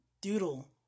Doodle